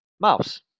mouse